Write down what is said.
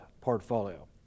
portfolio